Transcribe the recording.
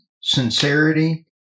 sincerity